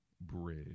bridge